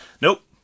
Nope